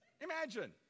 Imagine